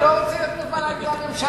אני לא רוצה להיות מוזמן על-ידי הממשלה,